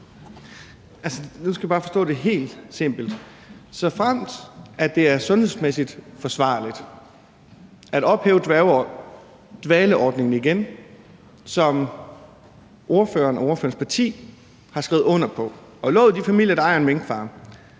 Nu skal jeg bare forstå det – helt simpelt. Såfremt det er sundhedsmæssigt forsvarligt at ophæve dvaleordningen igen, som ordføreren og ordførerens parti har skrevet under på og lovet de familier, der ejer en minkfarm,